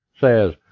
says